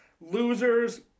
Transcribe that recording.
Losers